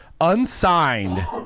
Unsigned